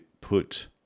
put